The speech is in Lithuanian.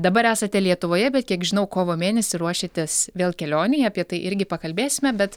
dabar esate lietuvoje bet kiek žinau kovo mėnesį ruošiatės vėl kelionei apie tai irgi pakalbėsime bet